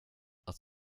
att